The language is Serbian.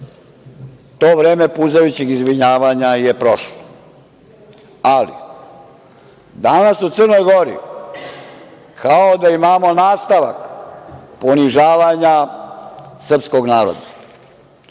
To vreme puzajućeg izvinjavanja je prošlo. Ali, danas u Crnoj Gori kao da imamo nastavak ponižavanja srpskog naroda.